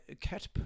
cat